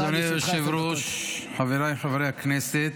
אדוני היושב-ראש, חבריי חברי הכנסת,